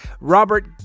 robert